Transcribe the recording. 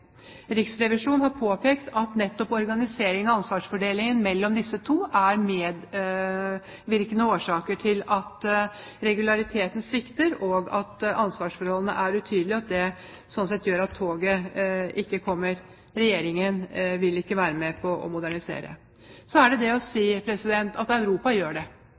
Riksrevisjonen har påpekt at nettopp organiseringen av ansvarsfordelingen mellom disse to er medvirkende årsaker til at regulariteten svikter, at ansvarsforholdene er utydelige, og slik sett gjør at toget ikke kommer. Regjeringen vil ikke være med på å modernisere. Så er det det å si at Europa gjør det.